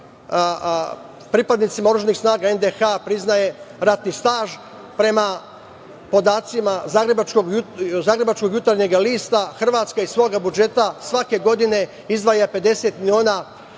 pripadnicima oružanih snaga NDH priznaje ratni staž. Prema podacima zagrebačkog "Jutarnjeg lista" Hrvatska iz svoga budžeta svake godine izdvaja 50 miliona